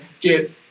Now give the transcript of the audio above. get